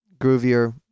groovier